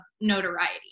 notoriety